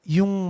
Yung